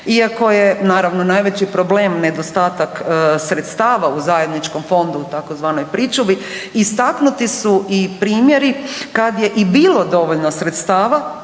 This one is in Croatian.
Iako je naravno najveći problem nedostatak sredstava u zajedničkom fondu u tzv. pričuvi istaknuti su i primjeri kad je i bilo dovoljno sredstava